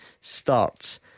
Starts